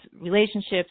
relationships